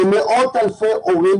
למאות-אלפי הורים,